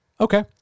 okay